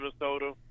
Minnesota